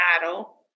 Battle